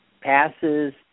passes